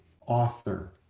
author